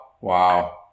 Wow